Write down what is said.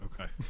Okay